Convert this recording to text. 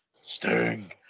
Sting